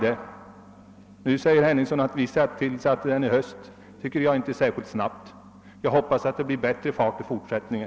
Nu säger herr Henningsson att man har börjat en undersökning i höst. Jag tycker inte det är särskilt snabbt, och jag hoppas det blir bättre fart i fortsättningen.